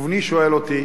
ובני שואל אותי: